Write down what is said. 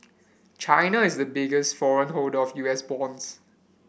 China is a biggest foreign holder of U S bonds